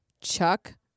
Chuck